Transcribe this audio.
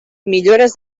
millores